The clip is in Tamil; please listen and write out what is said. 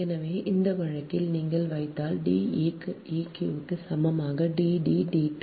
எனவே இந்த வழக்கில் நீங்கள் வைத்தால் D eq சமமாக D D d 2